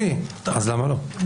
למה שלא יהיה רישום?